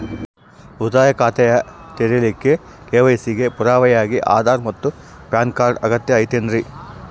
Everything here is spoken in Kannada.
ಉಳಿತಾಯ ಖಾತೆಯನ್ನ ತೆರಿಲಿಕ್ಕೆ ಕೆ.ವೈ.ಸಿ ಗೆ ಪುರಾವೆಯಾಗಿ ಆಧಾರ್ ಮತ್ತು ಪ್ಯಾನ್ ಕಾರ್ಡ್ ಅಗತ್ಯ ಐತೇನ್ರಿ?